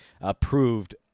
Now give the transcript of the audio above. approved